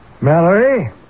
Mallory